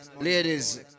Ladies